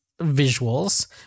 visuals